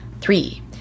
Three